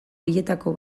horietako